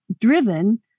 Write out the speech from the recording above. driven